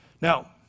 Now